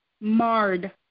marred